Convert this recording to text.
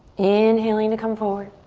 inhaling to come forward.